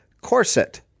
corset